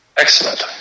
Excellent